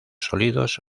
sólidos